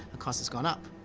cost has gone up.